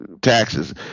taxes